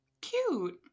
cute